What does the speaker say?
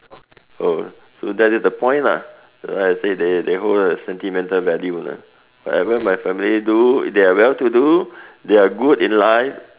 oh so that is the point lah like I say they they hold a sentimental value lah whatever my family do they are well to do they are good in life